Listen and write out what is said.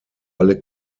alle